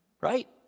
Right